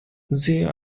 there